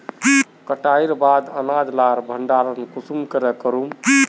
कटाईर बाद अनाज लार भण्डार कुंसम करे करूम?